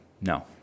No